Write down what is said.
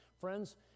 Friends